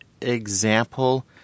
example